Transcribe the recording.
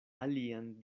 alian